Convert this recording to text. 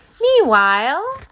Meanwhile